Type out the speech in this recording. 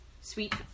sweet